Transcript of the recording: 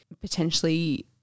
potentially